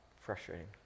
Frustrating